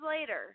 later